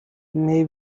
may